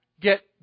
get